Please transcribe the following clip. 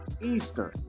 Eastern